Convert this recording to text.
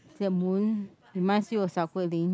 the moon reminds you of Xiao-Guilin